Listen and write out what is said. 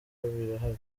birahari